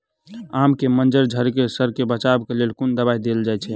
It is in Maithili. आम केँ मंजर झरके सऽ बचाब केँ लेल केँ कुन दवाई देल जाएँ छैय?